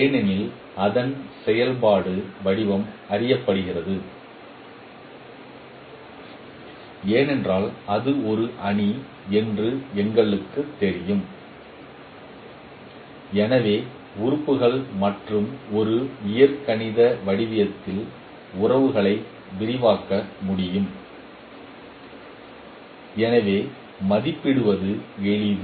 ஏனெனில் அதன் செயல்பாட்டு வடிவம் அறியப்படுகிறது ஏனென்றால் அது ஒரு அணி என்று எங்களுக்குத் தெரியும் அவை உறுப்புகள் மற்றும் ஒரு இயற்கணித வடிவத்தில் உறவுகளை விரிவாக்க முடியும் எனவே மதிப்பிடுவது எளிது